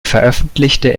veröffentlichte